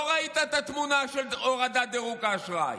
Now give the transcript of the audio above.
לא ראית את התמונה של הורדת דירוג האשראי,